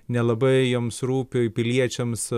nelabai jiems rūpi piliečiams